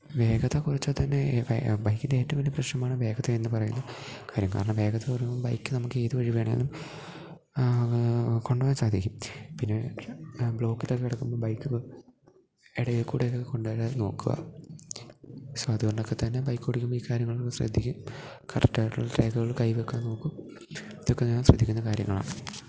വേഗത കുറച്ചാൽ തന്നെ ബൈക്കിന്റെ ഏറ്റവും വലിയ പ്രശ്നമാണ് വേഗത എന്നു പറയുന്ന കാര്യം കാരണം വേഗത പറയുമ്പോൾ ബൈക്ക് നമുക്ക് ഏത് വഴി വേണമെങ്കിലും അത് കൊണ്ടു പോകാൻ സാധിക്കും പിന്നെ ഒരു ബ്ലോക്കിലൊക്കെ കിടക്കുമ്പം ബൈക്ക് ഇടയിൽ കൂടെ ഒക്കെ കൊണ്ടു വരാൻ നോക്കുക സോ അതുകൊണ്ടൊക്കെ തന്നെ ബൈക്ക് ഓടിക്കുമ്പം ഈ കാര്യങ്ങൾ കൂടെ ശ്രദ്ധിക്കും കറക്റ്റ് ആയിട്ടുള്ള രേഖകൾ കൈയിൽ വയ്ക്കാൻ നോക്കും ഇതൊക്കെ ഞാൻ ശ്രദ്ധിക്കുന്ന കാര്യങ്ങളാണ്